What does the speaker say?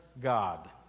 God